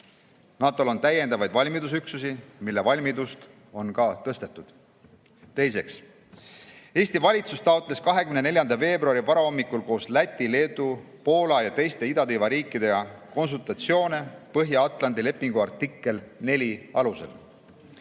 NATO-l on täiendavaid valmidusüksusi, mille valmidust on ka tõstetud. Teiseks. Eesti valitsus taotles 24. veebruari varahommikul koos Läti, Leedu, Poola ja teiste idatiiva riikidega konsultatsioone Põhja-Atlandi lepingu artikli 4 alusel.